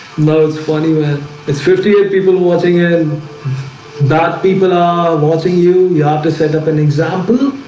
loves funny when it's fifty eight people watching and that people are watching you. you have to set up an example